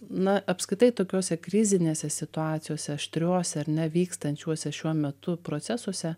na apskritai tokiose krizinėse situacijose aštriose ar ne vykstančiuose šiuo metu procesuose